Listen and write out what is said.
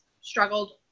struggled